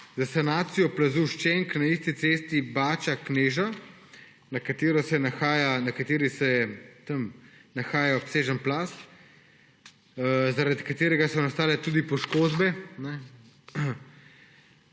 Za sanacijo plazu Ščenk na isti cesti Bača–Kneža, nad katero se nahaja obsežen plaz, zaradi katerega so nastale tudi poškodbe,